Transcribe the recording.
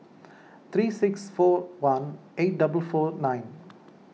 three six four one eight double four nine